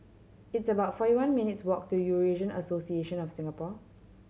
it's about forty one minutes' walk to Eurasian Association of Singapore